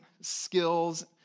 skills